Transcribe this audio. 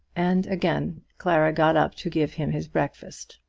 and again clara got up to give him his breakfast.